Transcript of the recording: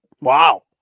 Wow